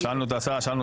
שאלנו אותה קודם,